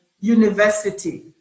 university